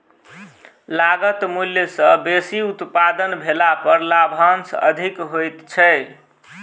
लागत मूल्य सॅ बेसी उत्पादन भेला पर लाभांश अधिक होइत छै